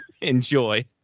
Enjoy